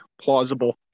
plausible